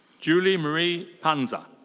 julie marie panza.